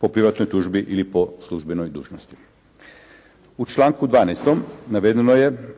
po privatnoj tužbi ili po službenoj dužnosti. U članku 12. navedeno je